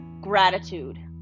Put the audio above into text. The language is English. gratitude